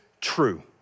true